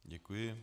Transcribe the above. Děkuji.